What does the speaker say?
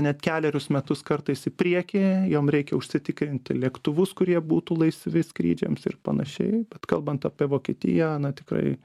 net kelerius metus kartais į priekį jom reikia užsitikrinti lėktuvus kurie būtų laisvi skrydžiams ir panašiai bet kalbant apie vokietiją na tikrai